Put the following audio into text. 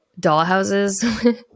dollhouses